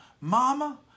mama